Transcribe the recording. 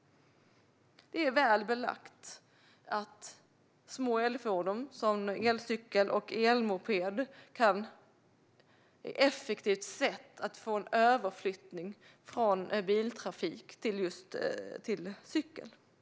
Det är väl belagt att små elfordon som elcyklar och elmopeder är ett effektivt sätt att få en överflyttning från biltrafik.